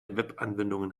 webanwendung